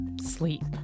sleep